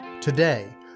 Today